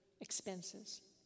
expenses